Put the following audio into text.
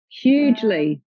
Hugely